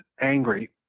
angry